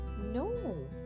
No